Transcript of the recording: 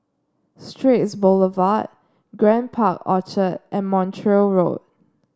Straits Boulevard Grand Park Orchard and Montreal Road